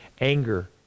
anger